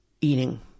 eating